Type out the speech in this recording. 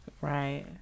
Right